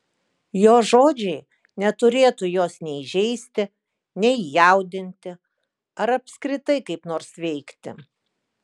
jo žodžiai neturėtų jos nei žeisti nei jaudinti ar apskritai kaip nors veikti